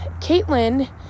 Caitlin